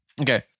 Okay